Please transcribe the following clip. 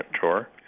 tour